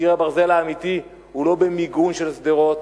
קיר הברזל האמיתי הוא לא במיגון של שדרות,